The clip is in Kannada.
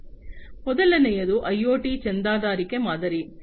ಮೊದಲನೆಯದು ಐಒಟಿಗೆ ಚಂದಾದಾರಿಕೆ ಮಾದರಿ